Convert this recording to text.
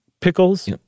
pickles